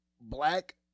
black